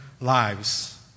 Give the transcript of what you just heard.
lives